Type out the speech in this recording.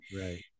Right